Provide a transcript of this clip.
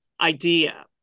idea